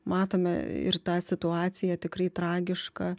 matome ir tą situaciją tikrai tragišką